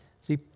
See